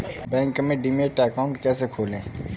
Bank में demat account कैसे खोलें?